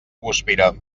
guspira